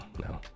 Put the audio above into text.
no